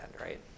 right